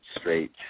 straight